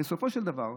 בסופו של דבר,